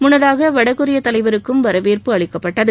முன்னதாக வடகொரிய தலைவருக்கும் வரவேற்பு அளிக்கப்பட்டது